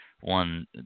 One